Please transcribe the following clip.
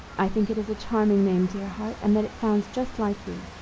i think it is a charming name, dear heart, and that it sounds just like you,